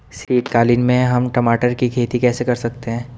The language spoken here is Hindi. शीतकालीन में हम टमाटर की खेती कैसे कर सकते हैं?